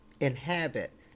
inhabit